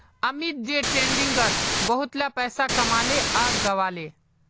Amit day ट्रेडिंगत बहुतला पैसा कमाले आर गंवाले